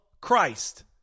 Christ